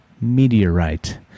meteorite